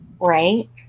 Right